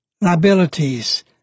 liabilities